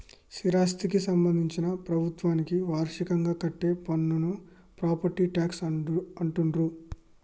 స్థిరాస్థికి సంబంధించి ప్రభుత్వానికి వార్షికంగా కట్టే పన్నును ప్రాపర్టీ ట్యాక్స్ అంటుండ్రు